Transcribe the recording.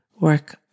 work